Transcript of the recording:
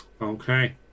Okay